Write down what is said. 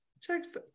Checks